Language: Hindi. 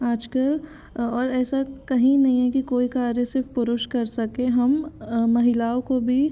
आज कल और ऐसा कहीं नहीं है कि कोई कार्य सिर्फ़ पुरुष कर सकें हम महिलाओं को भी